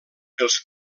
els